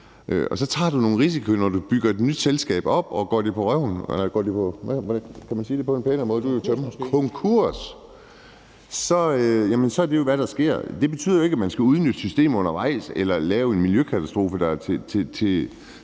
og så tager man noget risiko, når man bygger et nyt selskab op, og går det på røven – kan man sige det på en pænere måde? – altså går det konkurs, så er det jo, hvad der sker. Det betyder ikke, at man skal udnytte systemer undervejs eller lave en miljøkatastrofe, der er til